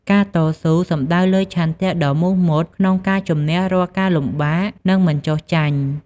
ការតស៊ូសំដៅលើ ឆន្ទៈដ៏មុតមាំក្នុងការជម្នះរាល់ការលំបាក និងមិនចុះចាញ់។